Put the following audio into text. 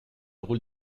rôle